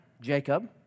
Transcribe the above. Jacob